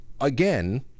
Again